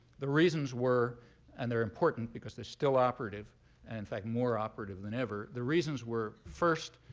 the reasons were and they're important because they're still operative and, in fact, more operative than ever. the reasons were first,